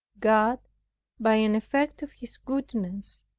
god by an effect of his goodness,